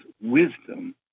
wisdom